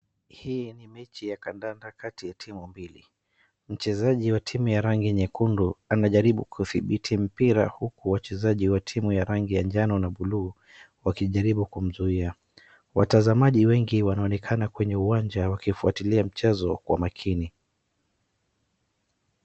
Hii ni mechi ya kandanda kati ya timu mbili. Mchezaji wa timu ya rangi nyekundu anajaribu kudhibiti mpira, huku wachezaji wa timu ya rangi ya jano na bluu wakijaribu kumzuia. watazamaji wengi wanaonekana kwenye uwanaja wakifuatilia mchezo kwa makini.